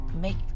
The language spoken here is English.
make